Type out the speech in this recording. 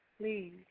please